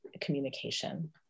communication